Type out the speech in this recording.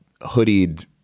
hoodied